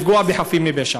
לפגוע בחפים מפשע.